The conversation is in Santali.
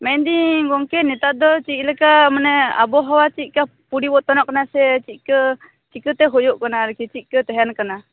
ᱢᱮᱱ ᱤᱫᱟᱹᱧ ᱜᱚᱝᱠᱮ ᱱᱮᱛᱟᱨ ᱫᱚ ᱪᱮᱫ ᱞᱮᱠᱟ ᱢᱟᱱᱮ ᱟᱵᱚᱦᱟᱣᱟ ᱪᱮᱫᱠᱟ ᱯᱚᱨᱤᱵᱚᱨᱛᱚᱱᱚᱜ ᱠᱟᱱᱟ ᱥᱮ ᱪᱤᱠᱟᱹ ᱪᱤᱠᱟᱹᱛᱮ ᱦᱩᱭᱩᱜ ᱠᱟᱱᱟ ᱟᱨᱠᱤ ᱪᱮᱫᱠᱟ ᱛᱟᱦᱮᱱ ᱠᱟᱱᱟ